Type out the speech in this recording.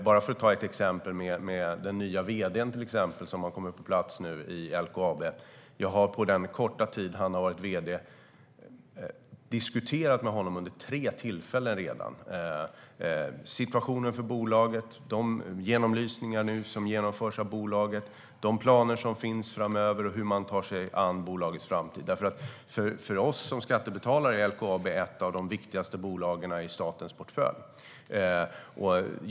Bara för att ta ett exempel med den nya vd som har kommit på plats i LKAB: På den korta tid som han har varit vd har jag vid tre tillfällen diskuterat med honom situationen för bolaget, de genomlysningar som nu genomförs av bolaget, de planer som finns framöver och hur man tar sig an bolagets framtid. För oss som skattebetalare är LKAB ett av de viktigaste bolagen i statens portfölj.